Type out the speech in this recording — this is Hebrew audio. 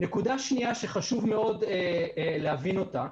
נקודה שנייה שחשוב מאוד להבין אותה